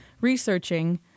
researching